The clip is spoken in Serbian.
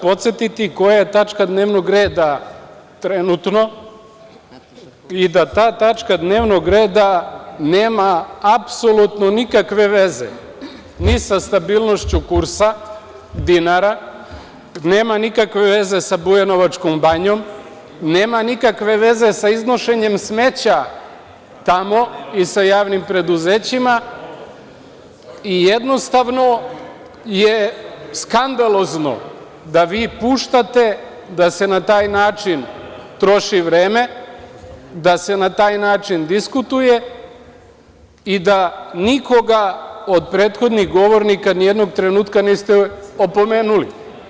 Podsetiću vas koja je tačka dnevnog reda trenutno i da ta tačka dnevnog reda nema apsolutno nikakve veze ni sa stabilnošću kursa dinara, nema veze sa Bujanovačkom banjom, nema nikakve veze sa iznošenjem smeća tamo i sa javnim preduzećima i jednostavno je skandalozno da puštate da se na taj način troši vreme, da se na taj način diskutuje i da nikoga od prethodnih govornika ni jednog trenutka niste opomenuli.